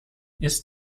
ist